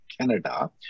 Canada